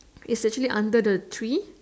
is actually under the tree